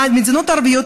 המדינות הערביות,